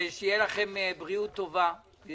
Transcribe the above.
שתהיה לכם בריאות טובה, זה